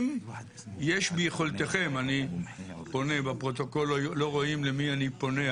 אם יש ביכולתכם בפרוטוקול לא רואים למי אני פונה,